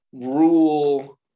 rule